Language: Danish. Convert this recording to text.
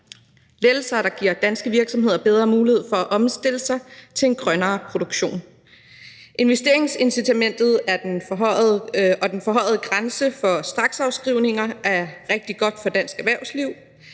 lettelser, der giver danske virksomheder bedre mulighed for at omstille sig til en grønnere produktion. Investeringsincitamentet og den forhøjede grænse for straksafskrivninger er rigtig godt for dansk erhvervsliv.